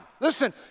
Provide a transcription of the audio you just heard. Listen